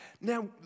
Now